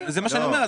זה מה שאני אומר.